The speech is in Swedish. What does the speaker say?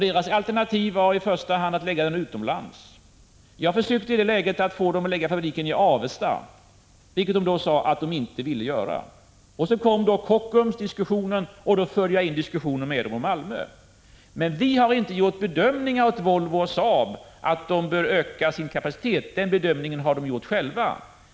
Deras förstahandsalternativ var att lägga den utomlands. Jag försökte i det läget att få dem att lägga fabriken i Avesta, vilket de då sade att de inte ville göra. Så kom Kockumsdiskussionen, och då förde jag in resonemanget med Saab på Malmö. Jag vill framhålla att vi inte har gjort någon bedömning åt Volvo och Saab om att de bör öka sin kapacitet. Den bedömningen har företagen gjort själva.